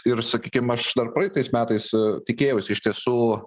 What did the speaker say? ir sakykim aš dar praeitais metais tikėjausi iš tiesų